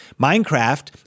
Minecraft